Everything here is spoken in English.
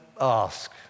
ask